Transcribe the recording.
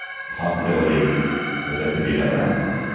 possibility that there could be another outcome.